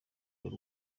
y’u